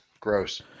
Gross